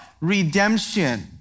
redemption